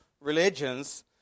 religions